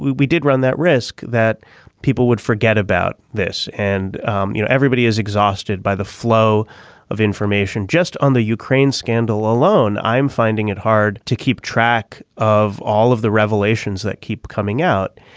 we we did run that risk that people would forget about this and you know everybody is exhausted by the flow of information just on the ukraine scandal alone. i'm finding it hard to keep track of all of the revelations that keep coming out.